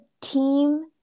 team